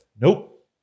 nope